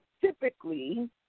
typically